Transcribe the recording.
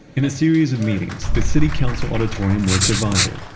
in a series of meetings, the city council auditorium was divided,